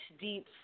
deep